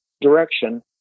direction